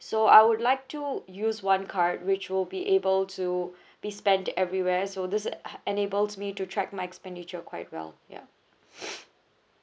so I would like to use one card which will be able to be spent everywhere so this enables me to track my expenditure quite well ya